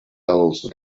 els